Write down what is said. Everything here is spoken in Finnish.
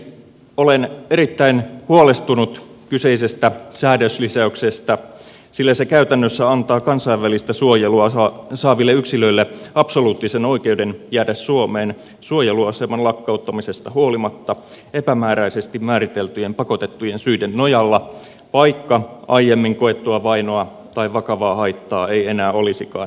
olen erittäin huolestunut kyseisestä säädöslisäyksestä sillä se käytännössä antaa kansainvälistä suojelua saaville yksilöille absoluuttisen oikeuden jäädä suomeen suojeluaseman lakkauttamisesta huolimatta epämääräisesti määriteltyjen pakotettujen syiden nojalla vaikka aiemmin koettua vainoa tai vakavaa haittaa ei enää olisikaan näköpiirissä